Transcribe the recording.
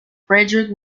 friedrich